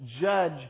judge